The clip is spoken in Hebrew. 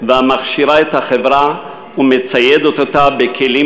ומכשירה את החברה ומציידת אותה בכלים